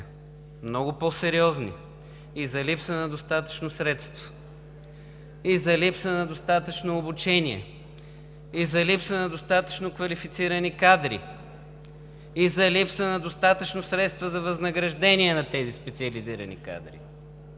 много по-сериозни – и за липса на достатъчно средства, и за липса на достатъчно обучение, и за липса на достатъчно квалифицирани кадри, и за липса на достатъчно средства за възнаграждения на тези специализирани кадри.